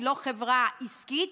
היא לא חברה עסקית,